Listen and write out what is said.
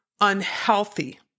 unhealthy